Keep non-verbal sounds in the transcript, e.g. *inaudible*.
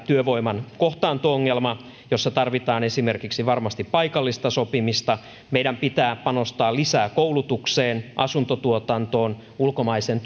työvoiman kohtaanto ongelma jossa tarvitaan esimerkiksi varmasti paikallista sopimista meidän pitää panostaa lisää koulutukseen asuntotuotantoon ulkomaisen *unintelligible*